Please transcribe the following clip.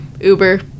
Uber